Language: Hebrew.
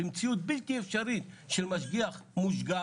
במציאות בלתי אפשרית של משגיח מושגח?